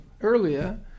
earlier